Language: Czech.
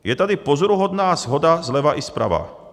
Je tady pozoruhodná shoda zleva i zprava.